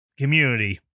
Community